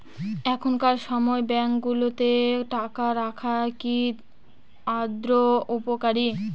এখনকার সময় ব্যাঙ্কগুলোতে টাকা রাখা কি আদৌ উপকারী?